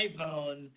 iPhone